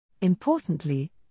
Importantly